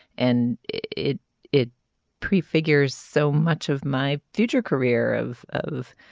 and it it prefigured so much of my future career of of